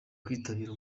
kwitabira